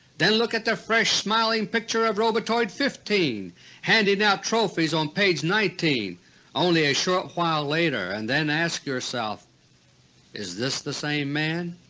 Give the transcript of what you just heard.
then look at the fresh, smiling picture of robotoid no. fifteen handing out trophies on page nineteen only a short while later, and then ask yourself is this the same man?